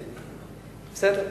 בסדר.